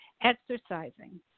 exercising